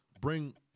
bring